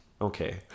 Okay